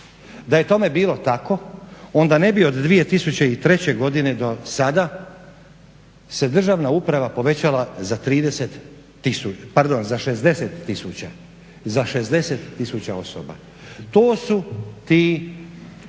Da je tome bilo tako onda ne bi od 2003.godine do sada se državna uprava povećala za 60 tisuća, za 60 tisuća